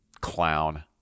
clown